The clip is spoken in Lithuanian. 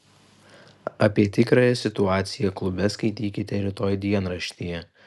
apie tikrąją situaciją klube skaitykite rytoj dienraštyje